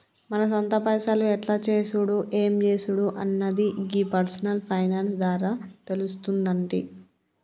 మన సొంత పైసలు ఎట్ల చేసుడు ఎం జేసుడు అన్నది గీ పర్సనల్ ఫైనాన్స్ ద్వారా తెలుస్తుందంటి